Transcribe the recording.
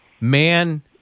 man-